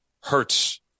hurts